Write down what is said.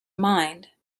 mind